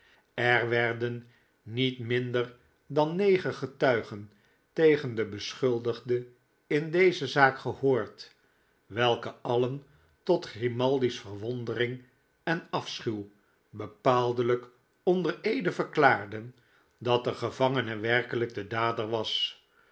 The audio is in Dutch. er werden niet minder dan negen getuigen tegen den beschuldigde in deze zaak gehoord welke alien tot grimaldi's verwondering en afschuw bepaaldelijk onder eede verklaarden dat de gevangene werkelijk de dader was